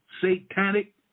satanic